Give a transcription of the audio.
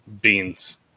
beans